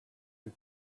you